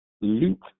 Luke